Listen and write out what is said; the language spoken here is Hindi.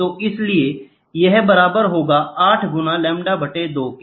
तो इसलिए यह बराबर होगा 8 गुना लैम्ब्डा बटे 2 के